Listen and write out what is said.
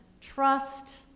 trust